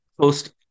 post